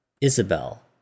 Isabel